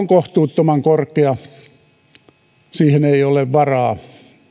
kohtuuttoman korkeaksi siihen ei ole varaa